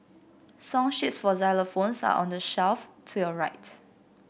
song sheets for xylophones are on the shelf to your right